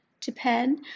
Japan